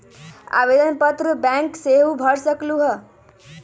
आवेदन पत्र बैंक सेहु भर सकलु ह?